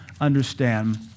understand